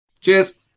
Cheers